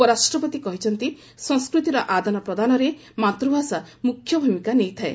ଉପରାଷ୍ଟ୍ରପତି କହିଛନ୍ତି ସଂସ୍କୃତିର ଆଦାନ ପ୍ରଦାନରେ ମାତୃଭାଷା ମୁଖ୍ୟଭୂମିକା ନେଇଥାଏ